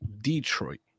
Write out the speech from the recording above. Detroit